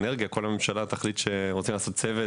האנרגיה וכל הממשלה יחליטו שרוצים לעשות צוות